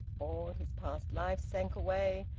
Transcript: all his past life sank away,